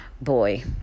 Boy